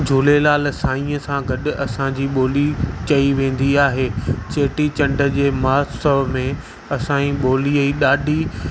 झूलेलाल साईंअ सां गॾु असांजी ॿोली चई वेंदी आहे चेटी चंड जे महोत्सव में असांजी ॿोली ॾाढी